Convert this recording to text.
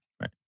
Right